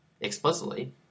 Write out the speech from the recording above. explicitly